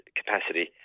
capacity